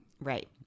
Right